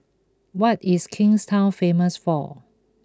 what is Kingstown famous for